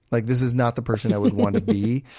like this is not the person i would want to be.